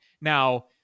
Now